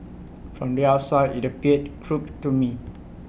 from the outside IT appeared crooked to me